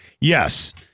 Yes